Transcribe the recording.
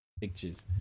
pictures